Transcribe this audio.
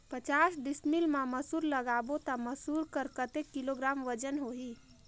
पचास डिसमिल मा मसुर लगाबो ता मसुर कर कतेक किलोग्राम वजन होही?